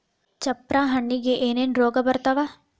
ಚಪ್ರ ಹಣ್ಣಿಗೆ ಏನೇನ್ ರೋಗ ಬರ್ತಾವ?